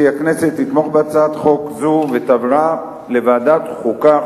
כי הכנסת תתמוך בהצעת חוק זו ותעבירה לוועדת החוקה,